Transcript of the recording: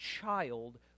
child